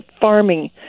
farming